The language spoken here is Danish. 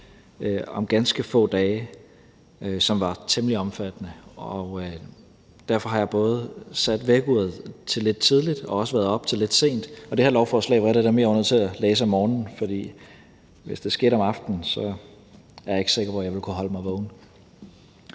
om ganske få dage, som var temmelig omfattende, og derfor har jeg både sat vækkeuret til lidt tidligt og også været oppe til lidt sent, og det her lovforslag var et af dem, jeg var nødt til at læse om morgenen, for hvis det skete om aftenen, er jeg ikke sikker på, at jeg ville kunne holde mig vågen.